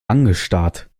angestarrt